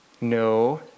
No